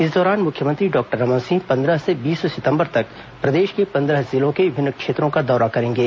इस दौरान मुख्यमंत्री डॉक्टर रमन सिंह पन्द्रह से बीस सितंबर तक प्रदेश के पन्द्रह जिलों के विभिन्न क्षेत्रों का दौरा करेंगे